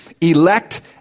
Elect